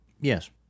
Yes